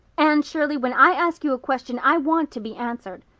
anne shirley, when i ask you a question i want to be answered.